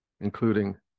including